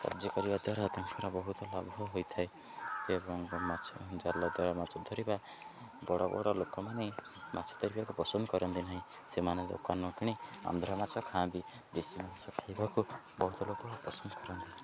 କାଯ୍ୟ କରିବା ଦ୍ୱାରା ତାଙ୍କର ବହୁତ ଲାଭ ହୋଇଥାଏ ଏବଂ ମାଛ ଜାଲ ଦ୍ୱାରା ମାଛ ଧରିବା ବଡ଼ ବଡ଼ ଲୋକମାନେ ମାଛ ଧରିବାକୁ ପସନ୍ଦ କରନ୍ତି ନାହିଁ ସେମାନେ ଦୋକାନ କିଣି ଆନ୍ଧ୍ର ମାଛ ଖାଆନ୍ତି ଦେଶୀ ମାଛ ଖାଇବାକୁ ବହୁତ ଲୋକ ପସନ୍ଦ କରନ୍ତି